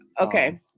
Okay